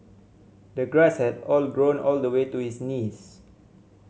the grass had all grown all the way to his knees